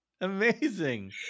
Amazing